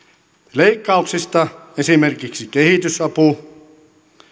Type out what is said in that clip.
leikkauksista esimerkiksi kehitysapu